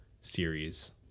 series